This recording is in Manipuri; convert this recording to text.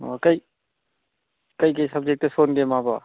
ꯑꯣ ꯀꯩ ꯀꯩꯀꯩ ꯁꯞꯖꯦꯛꯇ ꯁꯣꯟꯒꯦ ꯃꯥꯕꯣ